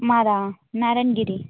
మాది నారయణగిరి